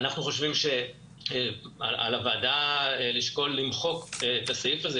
אנחנו חושבים שעל הוועדה לשקול למחוק את הסעיף הזה.